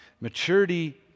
Maturity